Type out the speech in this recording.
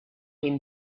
him